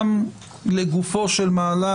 גם לגופו של מהלך,